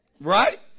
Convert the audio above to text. Right